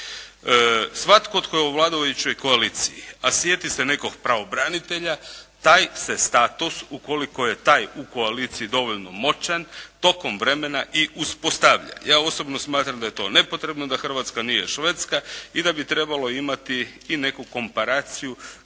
Svatko tko je u vladajućoj koaliciji a sjeti se nekog pravobranitelja taj se status ukoliko je taj u koaliciji dovoljno moćan tokom vremena i uspostavlja. Ja osobno smatram da je to nepotrebno, da Hrvatska nije Švedska i bi trebalo imati i neku komparaciju